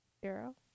Zero